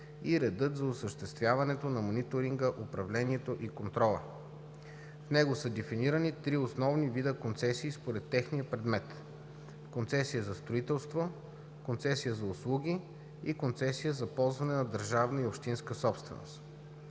и редът за осъществяването на мониторинга, управлението и контрола. В него са дефинирани три основни вида концесии според техния предмет – концесия за строителство, концесия за услуги и концесия за ползване на държавна и общинска собственост.